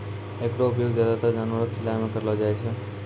एकरो उपयोग ज्यादातर जानवरो क खिलाय म करलो जाय छै